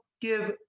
give